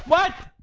what!